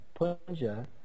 Punja